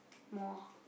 more